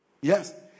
Yes